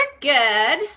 good